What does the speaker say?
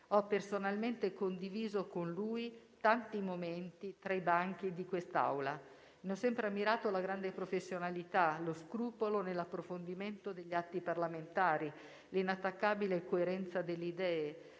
ho personalmente condiviso con lui tanti momenti tra i banchi di quest'Aula. Ne ho sempre ammirato la grande professionalità, lo scrupolo nell'approfondimento degli atti parlamentari, l'inattaccabile coerenza delle idee,